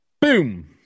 boom